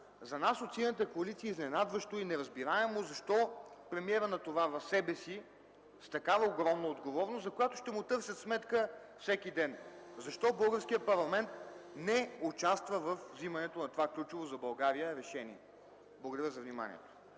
за нас от Синята коалиция е изненадващо и неразбираемо защо премиерът натоварва себе си с такава огромна отговорност, за която ще му търсят сметка всеки ден. Защо българският парламент не участва във вземането на това ключово за България решение? Благодаря за вниманието.